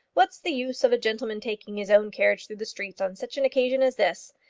what's the use of a gentleman taking his own carriage through the streets on such an occasion as this?